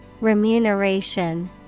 Remuneration